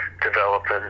developing